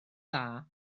dda